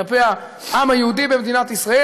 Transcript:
כלפי העם היהודי במדינת ישראל,